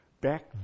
Back